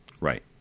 Right